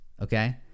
Okay